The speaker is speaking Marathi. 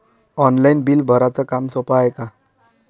ऑनलाईन बिल भराच काम सोपं हाय का?